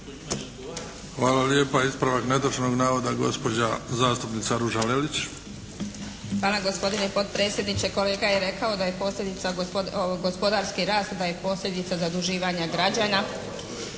Hvala lijepa. Ispravak netočnog navoda, gospođa zastupnica Ruža Lelić. **Lelić, Ruža (HDZ)** Hvala gospodine potpredsjedniče. Kolega je rekao da je posljedica, gospodarski rast da je posljedica zaduživanja građana.